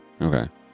Okay